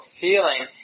feeling